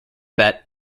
bet